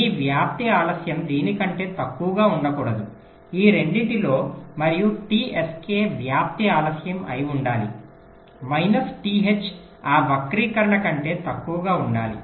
మీ వ్యాప్తి ఆలస్యం దీని కంటే తక్కువగా ఉండకూడదు ఈ రెండింటి లో మరియు t sk వ్యాప్తి ఆలస్యం అయి ఉండాలి మైనస్ t h ఆ వక్రీకరణ కంటే తక్కువగా ఉండాలి